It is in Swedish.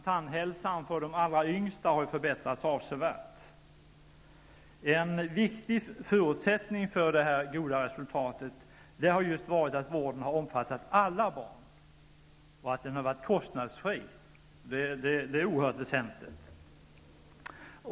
Tandhälsan för de allra yngsta har förbättrats avsevärt. En viktig förutsättning för detta goda resultat har just varit att vården har omfattat alla barn och att den har varit kostnadsfri. Det är oerhört väsentligt.